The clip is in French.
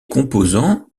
composant